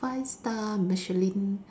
five star Michelin